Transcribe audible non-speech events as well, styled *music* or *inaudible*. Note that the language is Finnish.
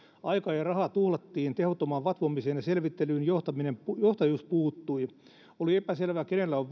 aikaa ja rahaa tuhlattiin tehottomaan vatvomiseen ja selvittelyyn johtajuus johtajuus puuttui oli epäselvää kenellä on *unintelligible*